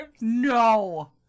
No